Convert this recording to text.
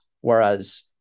Whereas